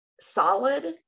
solid